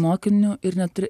mokiniu ir neturi